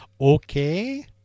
Okay